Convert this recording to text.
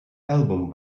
album